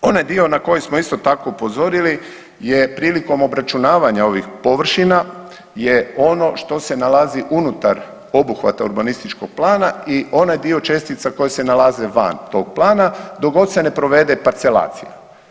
Onaj dio na koji smo isto tako upozorili je prilikom obračunavanja ovih površina je ono što se nalazi unutar obuhvata urbanističkog plana i onaj dio čestica koji se nalaze van tog plana dok god se ne provede parcelacija.